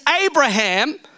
Abraham